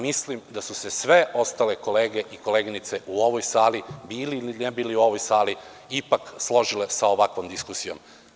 Mislim da su se sve ostale kolege i kolege u ovoj sali, bili ili ne bili u ovoj sali, ipak složili sa ovakvom diskusijom.